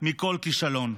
מכל כישלון,